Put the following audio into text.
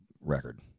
record